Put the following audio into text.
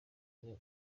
mwe